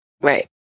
Right